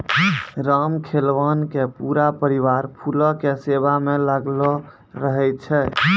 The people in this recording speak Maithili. रामखेलावन के पूरा परिवार फूलो के सेवा म लागलो रहै छै